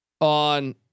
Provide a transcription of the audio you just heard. on